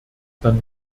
dann